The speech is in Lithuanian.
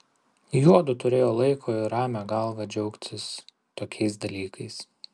juodu turėjo laiko ir ramią galvą džiaugtis tokiais dalykais